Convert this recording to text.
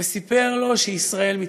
וסיפר לו שישראל מתייבשת,